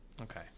Okay